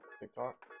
TikTok